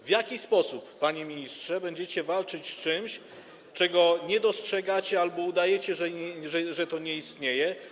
W jaki sposób, panie ministrze, będziecie walczyć z czymś, czego nie dostrzegacie albo co do czego udajecie, że to nie istnieje?